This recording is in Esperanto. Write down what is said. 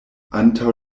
antaŭ